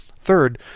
Third